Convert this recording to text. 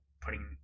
putting